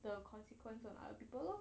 the consequence on other people lor